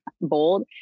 bold